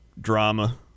drama